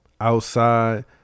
outside